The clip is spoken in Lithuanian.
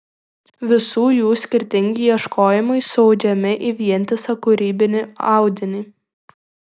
visų jų skirtingi ieškojimai suaudžiami į vientisą kūrybinį audinį